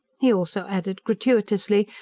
he also added, gratuitously,